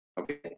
Okay